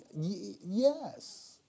Yes